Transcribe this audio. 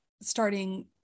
starting